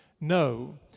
No